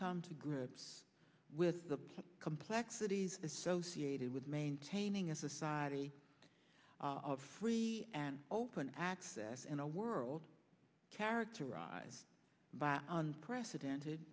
come to grips with the complexities associated with maintaining a society of free and open access in a world characterized by unprecedented